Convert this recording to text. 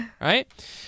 Right